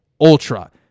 Ultra